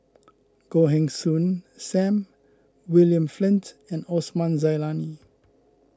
Goh Heng Soon Sam William Flint and Osman Zailani